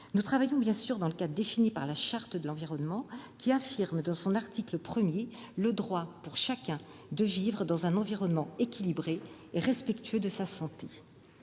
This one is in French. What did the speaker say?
Nous travaillons bien sûr dans le cadre défini par la Charte de l'environnement, qui affirme, dans son article 1, le droit pour chacun de vivre dans un environnement équilibré et respectueux de sa santé.